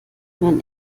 man